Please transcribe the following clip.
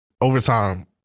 overtime